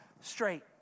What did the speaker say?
straight